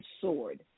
sword